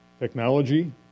Technology